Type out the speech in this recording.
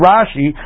Rashi